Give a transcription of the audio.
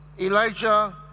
Elijah